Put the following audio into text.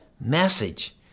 message